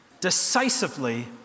decisively